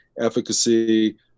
efficacy